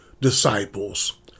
disciples